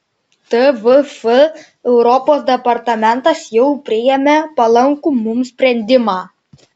tvf europos departamentas jau priėmė palankų mums sprendimą